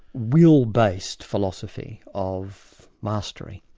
will-based philosophy of mastery.